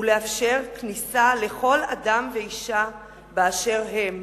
ולאפשר כניסה לכל אדם ואשה באשר הם,